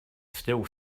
still